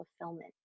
fulfillment